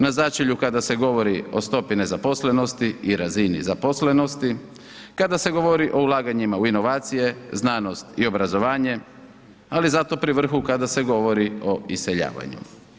Na začelju kada se govori o stopi nezaposlenosti i razini zaposlenosti, kada se govori o ulaganjima u inovacije, znanost i obrazovanje ali zato pri vrhu kada se govori o iseljavanju.